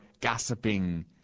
gossiping